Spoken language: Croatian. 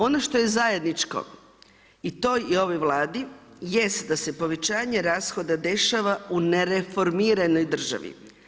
Ono što je zajedničko i toj i ovoj vladi, jest da se povećanje rashoda dešava u nereformiranoj državi.